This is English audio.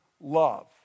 love